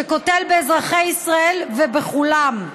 שקוטל באזרחי ישראל, ובכולם.